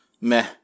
meh